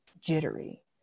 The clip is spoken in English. jittery